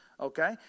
okay